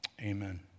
Amen